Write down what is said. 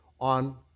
on